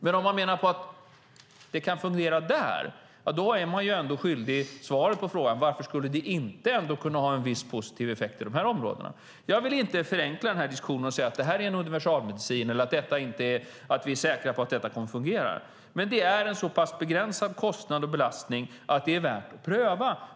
Men om man menar att det kan fungera där, då är man ändå skyldig svaret på frågan: Varför skulle det inte kunna ha en viss positiv effekt i de här områdena? Jag vill inte förenkla diskussionen och säga att detta är en universalmedicin eller att vi är säkra på att detta kommer att fungera. Men det är en så pass begränsad kostnad och belastning att det är värt att pröva.